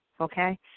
Okay